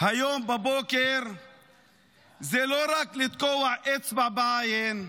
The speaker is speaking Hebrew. היום בבוקר זה לא רק לתקוע אצבע בעין,